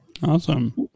Awesome